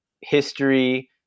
history